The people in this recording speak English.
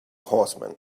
horsemen